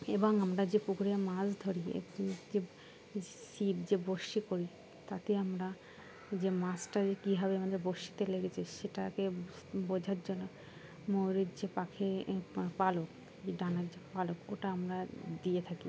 এবং আমরা যে পুকুরে মাছ ধরি যে ছিপ যে বড়শি করি তাতে আমরা যে মাছটা যে কীভাবে আমাদের বড়শিতে লেগেছে সেটাকে বোঝার জন্য ময়ূরের যে পাখা পালক ডানার যে পালক ওটা আমরা দিয়ে থাকি